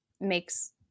makes